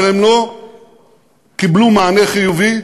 אבל הם לא קיבלו מענה חיובי,